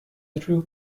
drew